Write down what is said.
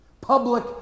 Public